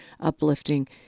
uplifting